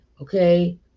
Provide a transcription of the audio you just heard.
okay